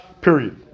Period